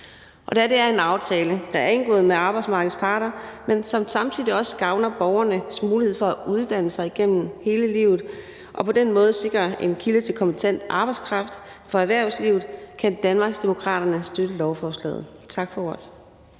Da det er en aftale, der er indgået med arbejdsmarkedets parter, men som samtidig også gavner borgernes mulighed for at uddanne sig igennem hele livet og på den måde sikrer en kilde til kompetent arbejdskraft for erhvervslivet, kan Danmarksdemokraterne støtte lovforslaget. Tak for ordet.